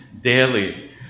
daily